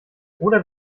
oder